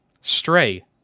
Stray